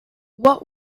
what